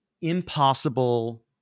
impossible